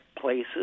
places